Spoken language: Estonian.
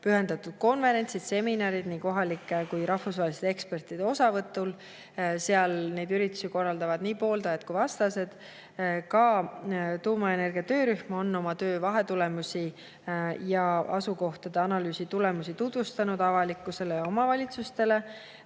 pühendatud konverentsid, seminarid nii kohalike kui ka rahvusvaheliste ekspertide osavõtul. Neid üritusi korraldavad nii pooldajad kui ka vastased. Ka tuumaenergia töörühm on oma töö vahetulemusi ja asukohtade analüüsi tulemusi tutvustanud avalikkusele ja omavalitsustele,